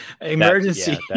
emergency